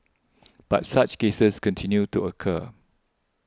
but such cases continue to occur